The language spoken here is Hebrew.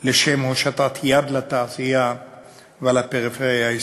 לשם הושטת יד לתעשייה ולפריפריה הישראלית,